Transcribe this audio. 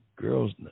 Girls